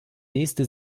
nächste